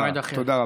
תודה רבה.